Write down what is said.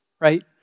right